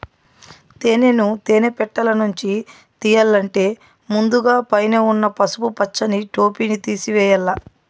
తేనెను తేనె పెట్టలనుంచి తియ్యల్లంటే ముందుగ పైన ఉన్న పసుపు పచ్చని టోపిని తేసివేయల్ల